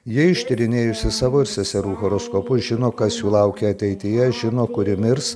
ji ištyrinėjusi savo ir seserų horoskopus žino kas jų laukia ateityje žino kuri mirs